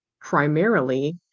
primarily